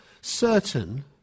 certain